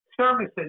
services